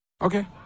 Okay